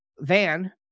van